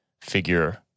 figure